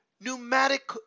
pneumatic